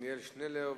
עתניאל שנלר,